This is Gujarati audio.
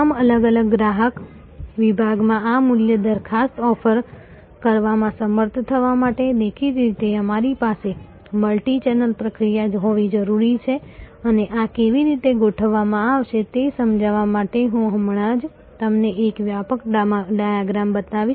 તમામ અલગ અલગ ગ્રાહક વિભાગમાં આ મૂલ્ય દરખાસ્ત ઓફર કરવામાં સમર્થ થવા માટે દેખીતી રીતે અમારી પાસે મલ્ટિચેનલ પ્રક્રિયા હોવી જરૂરી છે અને આ કેવી રીતે ગોઠવવામાં આવશે તે સમજાવવા માટે હું હમણાં જ તમને એક વ્યાપક ડાયાગ્રામ બતાવીશ